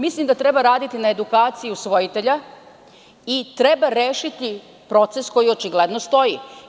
Mislim da treba raditi na edukaciji usvojitelja i treba rešiti proces koji očigledno stoji.